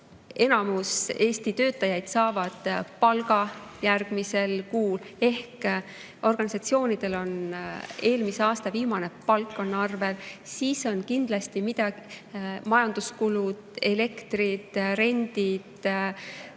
enamus Eesti töötajaid saab palga järgmisel kuul ehk organisatsioonidel on eelmise aasta viimane palk arvel, kindlasti ka majanduskulud, elekter, rent, side.